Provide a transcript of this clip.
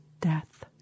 Death